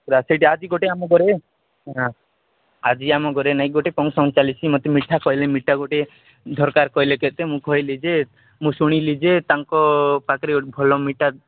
ସେଇଠି ଆଜି ଗୋଟେ ଆମ ଘରେ ହଁ ଆଜି ଆମ ଘରେ ନାଇଁ କି ଗୋଟେ ଫଙ୍କ୍ସନ୍ ଚାଲିଛି ମୋତେ ମିଠା କହିଲେ ମିଠା ଗୋଟେ ଦରକାର କହିଲି କେତେ ମୁଁ କହିଲି ଯେ ମୁଁ ଶୁଣିଲି ଯେ ତାଙ୍କ ପାଖରେ ଭଲ ମିଠା